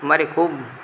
મારી ખૂબ